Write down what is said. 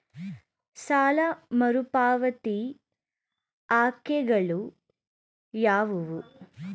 ಸಾಲ ಮರುಪಾವತಿ ಆಯ್ಕೆಗಳು ಯಾವುವು?